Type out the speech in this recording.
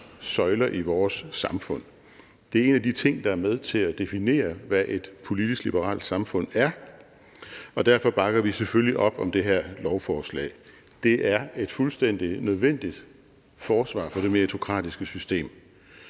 søjler i vores samfund. Det er en af de ting, der er med til at definere, hvad et politisk liberalt samfund er, og derfor bakker vi selvfølgelig op om det her lovforslag. Det er et fuldstændig nødvendigt forsvar for det meritokratiske system,